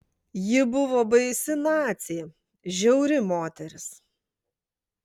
ji buvo baisi nacė žiauri moteris